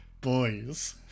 boys